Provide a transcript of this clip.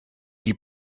die